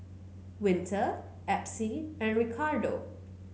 Winter Epsie and Ricardo